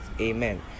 Amen